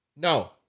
No